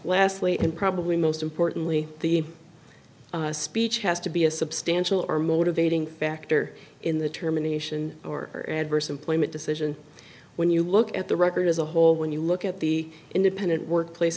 lastly and probably most importantly the speech has to be a substantial or motivating factor in the termination or or adverse employment decision when you look at the record as a whole when you look at the independent workplace